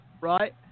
right